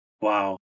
Wow